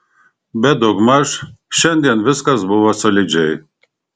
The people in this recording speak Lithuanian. bet daugmaž šiandien viskas buvo solidžiai